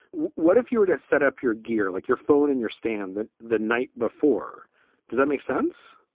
what if you were to set up your gear like your phone in your stand that the night before? does that make sense?